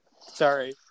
sorry